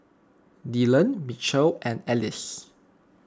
Dillan Mitchel and Alize